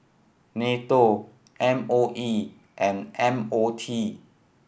NATO M O E and M O T